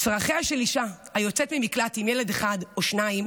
צרכיה של אישה היוצאת ממקלט עם ילד אחד או שניים